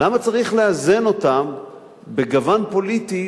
למה צריך לאזן אותם בגוון פוליטי,